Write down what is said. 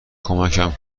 کمکم